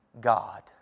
God